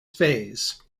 phase